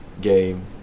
game